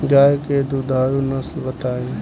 गाय के दुधारू नसल बताई?